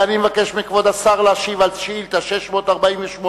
ואני מבקש מכבוד השר להשיב על שאילתא מס' 648,